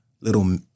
little